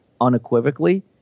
unequivocally